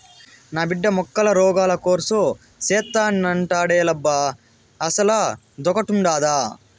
నా బిడ్డ మొక్కల రోగాల కోర్సు సేత్తానంటాండేలబ్బా అసలదొకటుండాదా